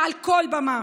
מעל כל במה.